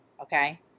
Okay